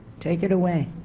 take it away